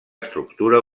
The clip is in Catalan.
estructura